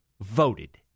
voted